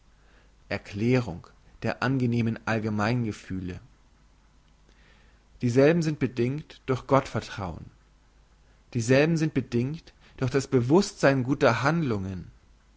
erklärung der angenehmen allgemeingefühle dieselben sind bedingt durch gottvertrauen dieselben sind bedingt durch das bewusstsein guter handlungen